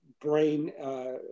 brain